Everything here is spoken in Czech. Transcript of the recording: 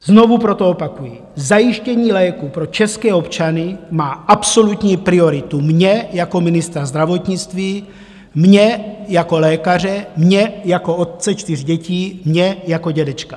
Znovu proto opakuji, že zajištění léků pro české občany má absolutní prioritu mě jako ministra zdravotnictví, mě jako lékaře, mě jako otce čtyř dětí, mě jako dědečka.